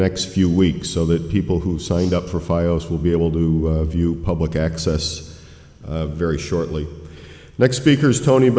next few weeks so that people who signed up for files will be able to view public access very shortly next speaker is tony